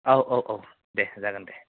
औ औ औ दे जागोन दे